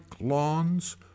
lawns